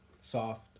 Soft